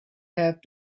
have